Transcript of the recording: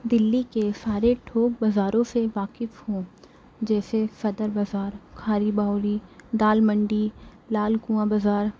دِلی کے سارے ٹھوک بازاروں سے واقف ہوں جیسے صدر بازار کھاری باؤلی دال منڈی لال کنواں بازار